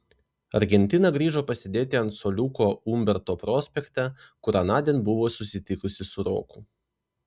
argentina grįžo pasėdėti ant suoliuko umberto prospekte kur anądien buvo susitikusi su roku